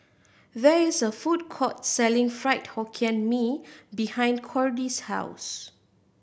there is a food court selling Fried Hokkien Mee behind Cordie's house